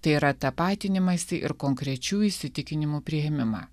tai yra tapatinimąsi ir konkrečių įsitikinimų priėmimą